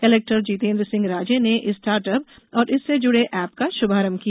collector Jitendra Singh Raje ने इस startup और इससे जुड़े एप का शुभारम्भ किया